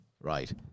right